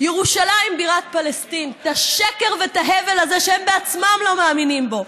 "ירושלים בירת פלסטין" את השקר ואת ההבל הזה שהם עצמם לא מאמינים בו,